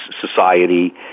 society